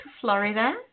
Florida